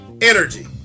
energy